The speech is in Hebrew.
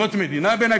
זאת מדינה בעיני,